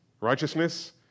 Righteousness